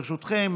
ברשותכם.